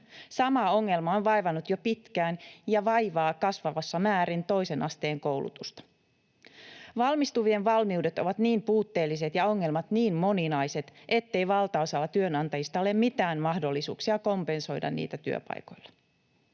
Sama ongelma on vaivannut jo pitkään ja vaivaa kasvavassa määrin toisen asteen koulutusta. Valmistuvien valmiudet ovat niin puutteelliset ja ongelmat niin moninaiset, ettei valtaosalla työnantajista ole mitään mahdollisuuksia kompensoida niitä työpaikoilla.